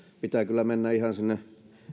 pitää kyllä mennä ihan sinne